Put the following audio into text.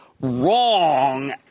wrong